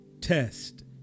test